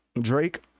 Drake